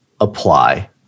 apply